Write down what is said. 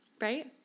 right